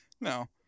No